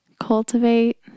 cultivate